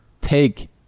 take